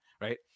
right